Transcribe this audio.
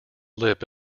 lip